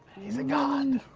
he's a god!